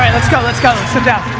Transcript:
let's go, let's go, sit down,